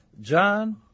John